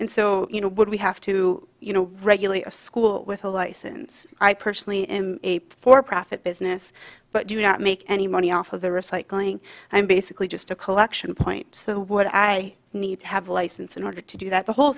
and so you know what we have to you know regularly a school with a license i personally am a for profit business but do not make any money off of the recycling i'm basically just a collection point so what i need to have a license in order to do that the whole